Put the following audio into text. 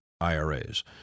IRAs